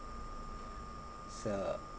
so